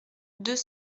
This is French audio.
deux